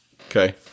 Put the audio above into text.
Okay